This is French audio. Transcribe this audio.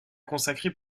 consacré